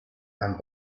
and